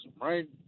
right